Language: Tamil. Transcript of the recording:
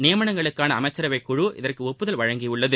நியமனங்களுக்கான அமைச்சரவைக்குழு இதற்கு ஒப்புதல் அளித்துள்ளது